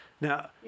Now